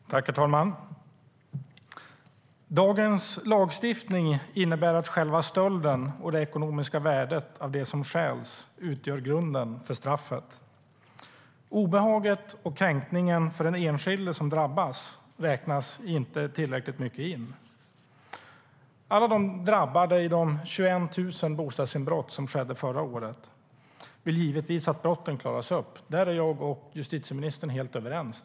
STYLEREF Kantrubrik \* MERGEFORMAT Svar på interpellationerAlla de drabbade i de 21 000 bostadsinbrott som skedde förra året vill givetvis att brotten klaras upp. Där är jag och justitieministern helt överens.